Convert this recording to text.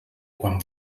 quan